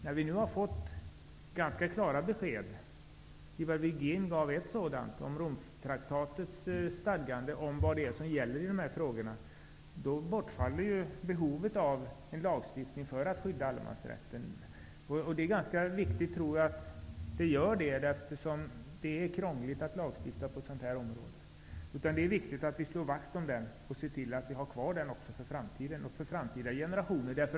När vi nu har fått ganska klara besked -- Ivar Virgin gav ett sådant, nämligen om Romtraktatens stadgande i de här frågorna -- bortfaller ju behovet av en lagstiftning för att skydda allemansrätten. Jag tror att det är ganska viktigt att det gör det, eftersom det är krångligt att lagstifta på ett sådant här område. Det är viktigt att vi slår vakt om allemansrätten och ser till att vi har den också för framtiden och för framtida generationer.